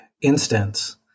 instance